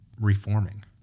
reforming